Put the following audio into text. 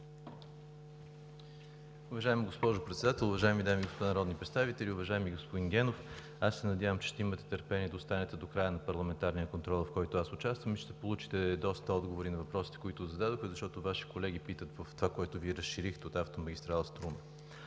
Уважаема госпожо Председател, уважаеми дами и господа народни представители! Уважаеми господин Генов, аз се надявам, че ще имате търпение да останете до края на парламентарния контрол, в който аз участвам, и ще получите доста отговори на въпросите, които зададохте, защото Ваши колеги питат това, което Вие разширихте – от автомагистрала „Струма“.